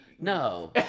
No